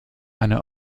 eine